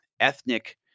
ethnic